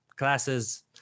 classes